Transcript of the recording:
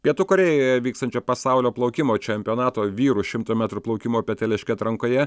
pietų korėjoje vykstančio pasaulio plaukimo čempionato vyrų šimto metrų plaukimo peteliške atrankoje